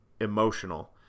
emotional